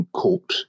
court